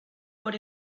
por